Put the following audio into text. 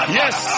yes